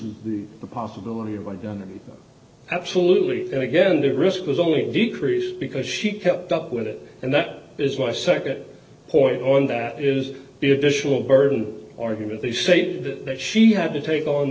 the possibility of identity absolutely and again the risk was only decrease because she kept up with it and that is why second point on that is the additional burden argument they say that she had to take on